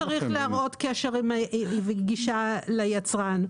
הוא צריך להראות קשר וגישה ליצרן,